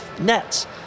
nets